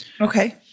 Okay